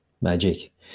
Magic